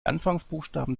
anfangsbuchstaben